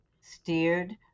steered